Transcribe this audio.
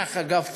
אם היה לך גב צר,